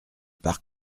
par